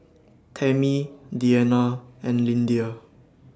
Tammi Deanna and Lyndia